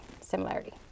similarity